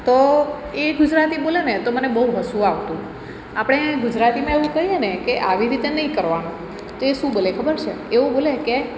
તો એ ગુજરાતી બોલેને તો મને બહુ હસવું આવતું આપણે ગુજરાતીમાં એવું કહીએ ને કે આવી રીતે નહિ કરવાનું તો એ શું બોલે ખબર છે એવું બોલે કે